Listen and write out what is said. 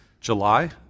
July